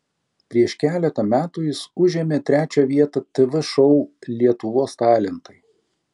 prieš keletą metų jis užėmė trečią vietą tv šou lietuvos talentai